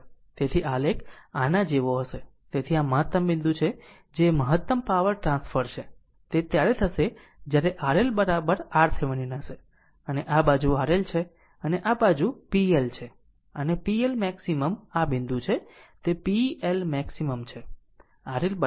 તેથી આલેખ આના જેવો હશે તેથી આ મહત્તમ બિંદુ છે જે મહત્તમ પાવર ટ્રાન્સફર છે તે ત્યારે થશે જ્યારે RL RThevenin હશે અને આ બાજુ RL છે અને આ બાજુ p L છે અને pLmax આ બિંદુ છે તે pLmax છે